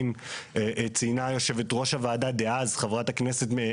גם כאן למיטב ידיעתנו אדוני, דבר לא נעשה.